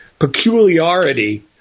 peculiarity